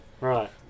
Right